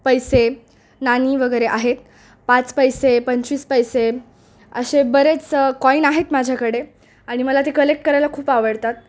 पैसे नाणी वगैरे आहेत पाच पैसे पंचवीस पैसे असे बरेच कॉईन आहेत माझ्याकडे आणि मला ते कलेक्ट करायला खूप आवडतात